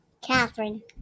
Catherine